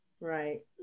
right